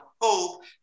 hope